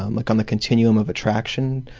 um like on the continuum of attraction,